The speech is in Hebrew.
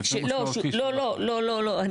ולפעמים משמעותי שהוא לא חריג.